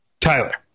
Tyler